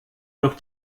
noch